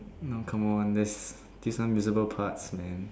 now come on this give some visible parts man